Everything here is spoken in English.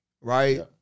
Right